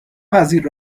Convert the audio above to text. وزیر